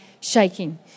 shaking